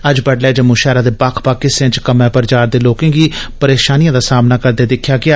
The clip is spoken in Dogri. अज्ज बडलै जम्मू शैहरा दे बक्ख बक्ख हिस्से च कम्मै पर जा'रदे लोकें गी परेशानिएं दा सामना करदे दिक्खेआ गेआ